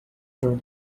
join